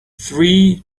three